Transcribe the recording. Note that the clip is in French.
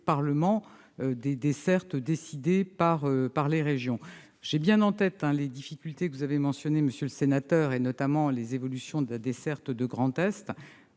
Parlement des dessertes décidées par les régions. J'ai bien en tête les difficultés que vous avez mentionnées, monsieur le sénateur, notamment les évolutions de la desserte du Grand Est